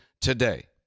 today